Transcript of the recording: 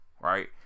right